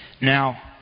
Now